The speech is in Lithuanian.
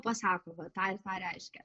pasako va tą ir tą reiškia